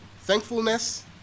Thankfulness